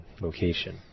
location